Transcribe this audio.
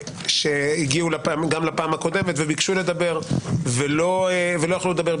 שהגיעו גם לפעם הקודמת וביקשו לדבר ולא יכלו לדבר,